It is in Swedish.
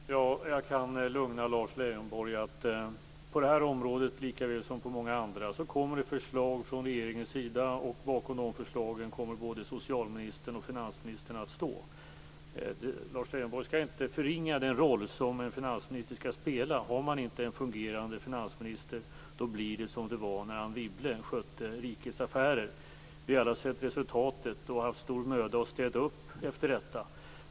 Fru talman! Jag kan lugna Lars Leijonborg med att på detta område likaväl som på många andra kommer förslag från regeringens sida. Bakom de förslagen kommer både socialministern och finansministern att stå. Lars Leijonborg skall inte förringa den roll som en finansminister skall spela. Har man inte en fungerande finansminister blir det som det var när Anne Wibble skötte rikets affärer. Vi har alla sett resultatet och har haft stor möda att städa upp efter detta.